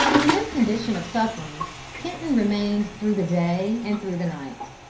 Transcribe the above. in this condition of suffering kenton remained through the day and through the night.